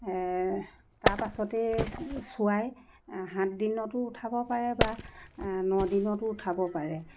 তাৰ পাছতে চোৱায় সাত দিনতো উঠাব পাৰে বা ন দিনতো উঠাব পাৰে